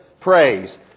praise